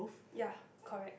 ya correct